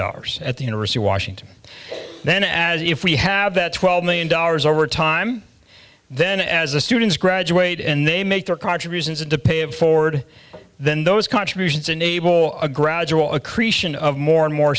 dollars at the university of washington then as if we have that twelve million dollars over time then as the students graduate and they make their contributions a debate forward then those contributions enable a gradual accretion of more and more